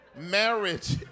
marriage